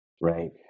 Right